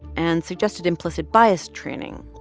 and suggested implicit bias training,